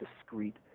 discrete